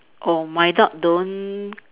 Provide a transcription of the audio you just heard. oh my dog don't